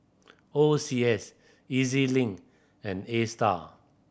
O C S E Z Link and Astar